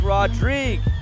Rodriguez